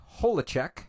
Holacek